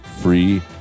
free